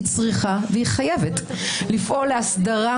היא צריכה והיא חייבת לפעול להסדרה